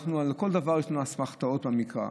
על כל דבר יש לנו אסמכתאות במקרא,